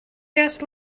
guest